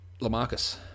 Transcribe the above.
Lamarcus